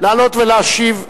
לעלות ולהשיב.